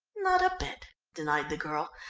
not a bit, denied the girl,